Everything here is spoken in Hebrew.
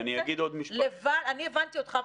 אני הבנתי אותך,